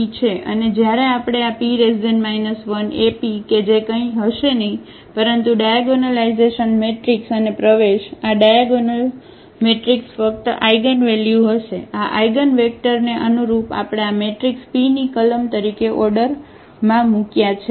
અને જ્યારે આપણે આP 1AP કે જે કંઈ હશે નહીં પરંતુ ડાયાગોનલાઇઝેશન મેટ્રિક્સ અને પ્રવેશઝ આ ડાયાગોનલમેટ્રિક્સ ફક્ત આઇગનવેલ્યુ હશે આ આઇગનવેક્ટરને અનુરૂપ આપણે આ મેટ્રિક્સ pની કલમ તરીકે ઓર્ડરમાં મૂક્યા છે